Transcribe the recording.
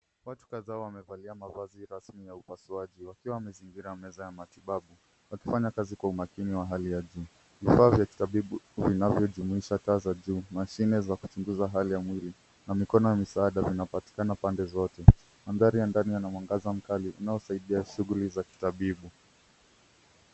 Watu kadhaa wamevalia mavazi rasmi ya upasuaji wakiwa wamezingira meza ya matibabu wakifanya kazi kwa umakini wa hali ya juu . Vifaa vya kitabibu vinavyo jumuisha taa za juu , mashine za kuchunguza hali ya mwili na mikono ya misaada yanapatikana pande zote . Maandhari ya ndani yana mwangaza mkali unaosaidia shughuli za kitabibu.